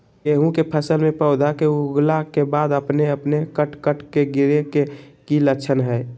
गेहूं के फसल में पौधा के उगला के बाद अपने अपने कट कट के गिरे के की लक्षण हय?